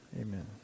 Amen